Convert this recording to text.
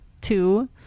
two